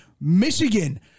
Michigan